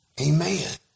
Amen